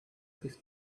his